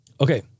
Okay